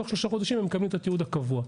תוך שלושה חודשים הם מקבלים את התיעוד הקבוע.